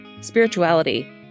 spirituality